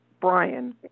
Brian